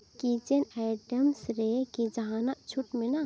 kitchen items ᱨᱮᱠᱤ ᱡᱟᱦᱟᱱᱟᱜ ᱪᱷᱩᱴ ᱢᱮᱱᱟᱜᱼᱟ